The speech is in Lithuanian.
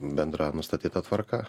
bendra nustatyta tvarka